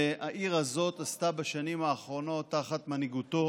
והעיר הזאת, תחת מנהיגותו